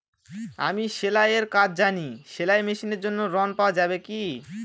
আমি সেলাই এর কাজ জানি সেলাই মেশিনের জন্য ঋণ পাওয়া যাবে কি?